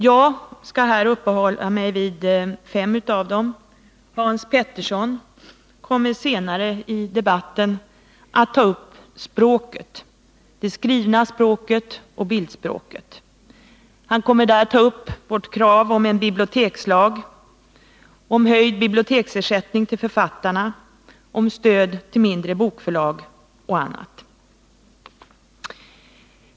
Jag skall här uppehålla mig vid fem av dem. Hans Petersson i Hallstahammar kommer senare i debatten att närmare ta upp språket — det skrivna språket och bildspråket. Han kommer därvid att ta upp vårt krav på en bibliotekslag, höjd biblioteksersättning till författarna, stöd till mindre bokförlag och annat.